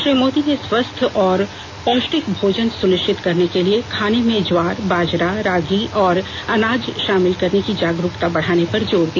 श्री मोदी ने स्वस्थ और पौटिक भोजन सुनिश्चित करने के लिए खाने में ज्वार बाजरा रागी और अनाज शामिल करने की जागरूकता बढ़ाने पर जोर दिया